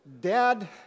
Dad